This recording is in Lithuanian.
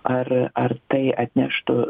ar ar tai atneštų